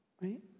right